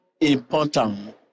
important